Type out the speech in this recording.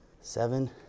seven